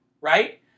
right